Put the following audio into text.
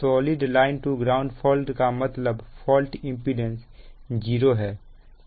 solid line to ground fault का मतलब fault impedance 0 है